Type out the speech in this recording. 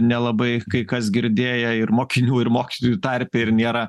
nelabai kai kas girdėję ir mokinių ir mokytojų tarpe ir nėra